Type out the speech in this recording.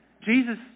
Jesus